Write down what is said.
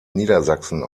niedersachsen